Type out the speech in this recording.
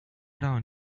down